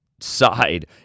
side